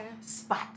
Spot